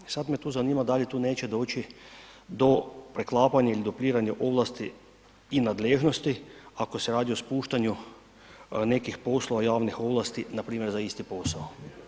I sada me tu zanima da li tu neće doći do preklapanja ili dupliranja ovlasti i nadležnosti ako se radi o spuštanju nekih poslova javnih ovlasti npr. za isti posao?